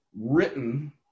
written